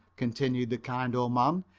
continued the kind old man,